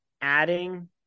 adding